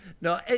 No